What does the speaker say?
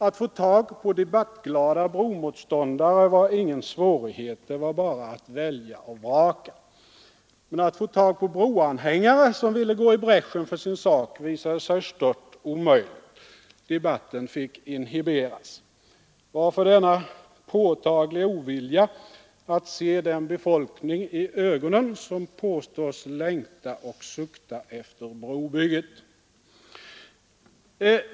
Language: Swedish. Att få tag på debattglada bromotståndare var ingen svårighet, det var bara att välja och vraka; men att få tag på broanhängare som ville gå i bräschen för sin sak visade sig stört omöjligt. Debatten fick inhiberas. Varför denna påtagliga ovilja att se den befolkning i ögonen som påstås längta och sukta efter brobygget?